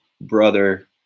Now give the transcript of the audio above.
brother